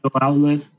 outlet